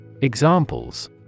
Examples